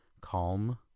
calm